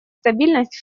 стабильность